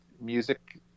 music